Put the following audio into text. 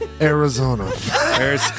Arizona